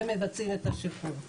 - ומבצעים את השחרור.